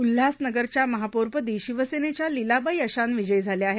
उल्हासनगरच्या महापौरपद शिवसेनेच्या लिलाबाई अशान विजया झाल्या आहेत